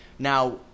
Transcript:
Now